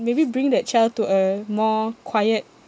maybe bring that child to a more quiet